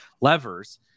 levers